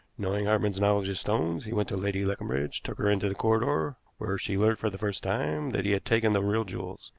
knowing hartmann's knowledge of stones, he went to lady leconbridge, took her into the corridor, where she learnt for the first time that he had taken the real jewels,